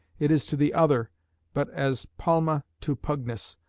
it is to the other but as palma to pugnus,